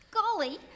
Golly